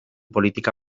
politika